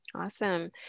Awesome